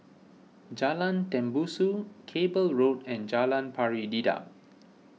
Jalan Tembusu Cable Road and Jalan Pari Dedap